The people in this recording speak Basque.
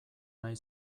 nahi